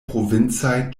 provincaj